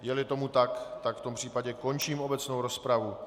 Jeli tomu tak, tak v tom případě končím obecnou rozpravu.